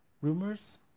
Rumors